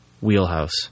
wheelhouse